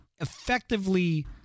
effectively